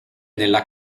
nella